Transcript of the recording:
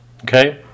Okay